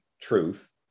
truth